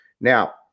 Now